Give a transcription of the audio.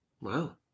Wow